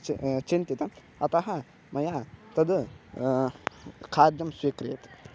च चिन्तितम् अतः मया तद् खाद्यं स्वीक्रियते